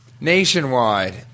Nationwide